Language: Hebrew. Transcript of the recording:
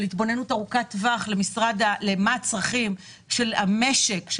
התבוננות ארוכת טווח על הצרכים של המשק,